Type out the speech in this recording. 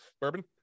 bourbon